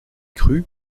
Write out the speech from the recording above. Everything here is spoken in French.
crues